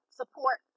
support